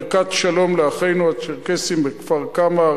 ברכת שלום לאחינו הצ'רקסים בכפר-קמא,